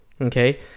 okay